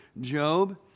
Job